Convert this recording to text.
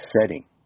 setting